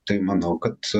tai manau kad